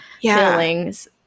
feelings